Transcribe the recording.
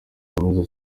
kaminuza